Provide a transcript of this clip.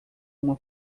uma